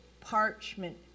parchment